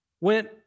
went